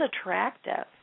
attractive